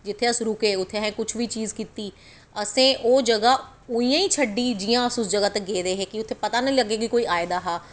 जित्थै अस रुके उत्थै कुछ बी चीज असें कीती असें ओह् जगाह् उ'आं गै छड़ी जि'यां अस उस गेदे हे पता नि लग्गै कि कोई आए दा हा